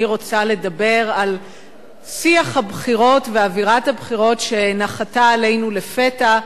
אני רוצה לדבר על שיח הבחירות ואווירת הבחירות שנחתה עלינו לפתע.